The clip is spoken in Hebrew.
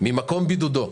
בוקר טוב.